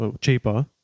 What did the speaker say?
cheaper